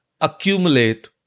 accumulate